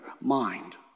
mind